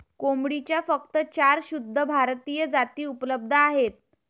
कोंबडीच्या फक्त चार शुद्ध भारतीय जाती उपलब्ध आहेत